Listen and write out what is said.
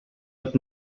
with